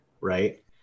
Right